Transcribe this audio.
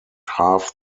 half